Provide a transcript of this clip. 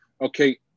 Okay